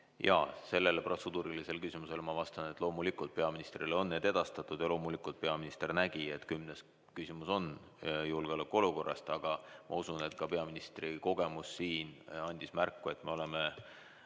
Jaa, sellele protseduurilisele küsimusele ma vastan, et loomulikult peaministrile on need teemad edastatud, ja loomulikult peaminister nägi, et kümnes küsimus on julgeolekuolukorra kohta. Aga ma usun, et ka peaministri kogemus siin andis märku, et me oleme